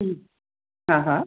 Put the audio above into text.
हूं हा हा